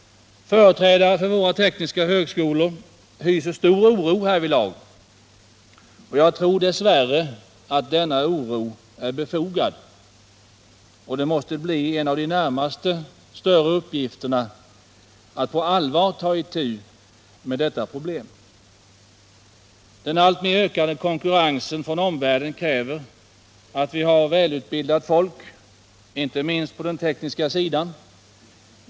Företrädare för våra tekniska högskolor hyser stor oro härvidlag. Jag tror dess värre att denna oro är befogad och att en av de närmaste större uppgifterna måste bli att på allvar ta itu med detta problem. Den alltmer ökande konkurrensen från omvärlden kräver att vi har välutbildat folk inte minst på den tekniska sidan.